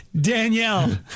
Danielle